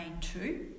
two